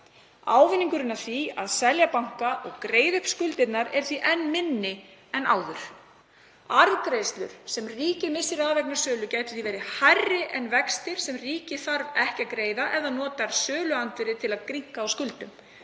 Ávinningurinn af því að selja banka og greiða upp skuldirnar er því enn minni en áður. Arðgreiðslur sem ríkið missir af vegna sölu gætu því verið hærri en vextir sem ríkið þarf ekki að greiða ef það notar söluandvirðið til að grynnka á skuldum.